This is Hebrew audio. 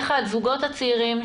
איך הזוגות הצעירים,